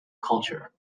culture